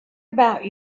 about